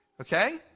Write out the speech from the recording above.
Okay